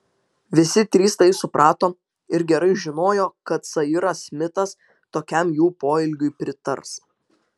visi trys tai suprato ir gerai žinojo kad sairas smitas tokiam jų poelgiui pritars